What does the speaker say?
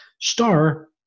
star